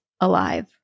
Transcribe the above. alive